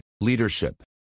leadership